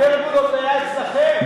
הפרגולות זה היה אצלכם.